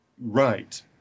right